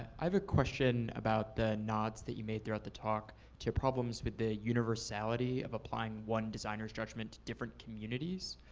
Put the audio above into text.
i have a question about the nods that you made throughout the talk to problems with the universality of applying one designer's judgement to different communities.